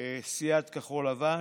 סיעת כחול לבן.